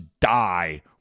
die